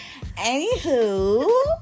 Anywho